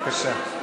בבקשה,